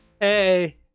Hey